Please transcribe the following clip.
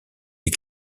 des